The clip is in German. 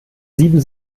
sieben